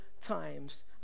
times